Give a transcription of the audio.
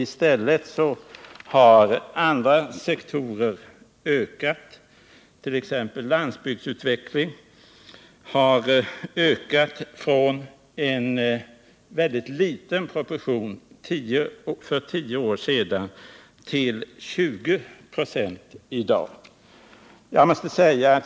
I stället har siffran för andra sektorer ökat. Beträffande landsbygdsutveckling kan nämnas att siffran efter ha varit mycket liten för tio år sedan har ökat till 20 96 i dag.